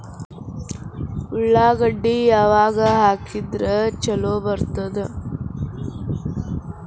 ಉಳ್ಳಾಗಡ್ಡಿ ಯಾವಾಗ ಹಾಕಿದ್ರ ಛಲೋ ಬರ್ತದ?